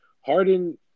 Harden